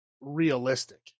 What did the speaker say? realistic